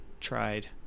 tried